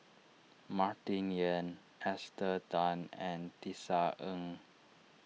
Martin Yan Esther Tan and Tisa Ng